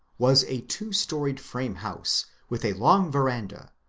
was a two-storied frame house, with a long veranda,